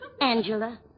Angela